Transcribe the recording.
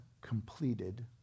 completed